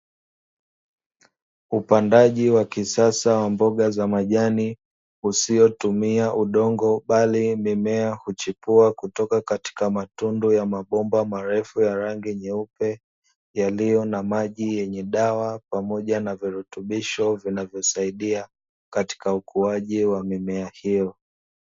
Upandaji wa kisasa wa mboga za majani usiotumia udongo bali mimea huchipua kutoka katika matundu ya mabomba marefu ya rangi nyeupe, yaliyo na maji yenye dawa pamoja na virutubisho vinavyosaidia katika ukuaji wa mimea hiyo.